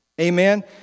Amen